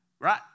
Right